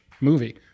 movie